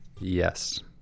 Yes